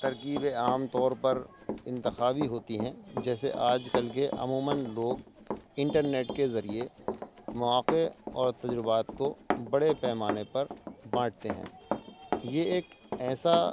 ترکیبیں عام طور پر انتخابی ہوتی ہیں جیسے آج کل کے عموماً لوگ انٹرنیٹ کے ذریعے مواقع اور تجربات کو بڑے پیمانے پر بانٹتے ہیں یہ ایک ایسا